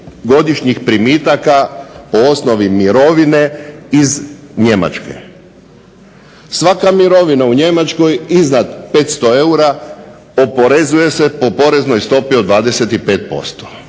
godišnjih primitaka po osnovi mirovine iz Njemačke. Svaka mirovina u Njemačkoj iznad 500 eura oporezuje se po poreznoj stopi od 25%.